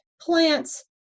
plants